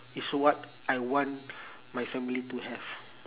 it's what I want my family to have